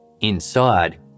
Inside